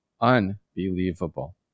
unbelievable